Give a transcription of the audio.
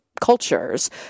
cultures